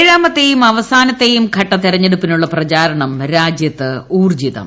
ഏഴാമത്തേയും അവസാനത്തേയും ഘട്ട തെരഞ്ഞെടുപ്പിനുള്ള പ്രചാരണം രാജ്യത്ത് ഊർജ്ജിതം